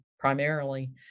primarily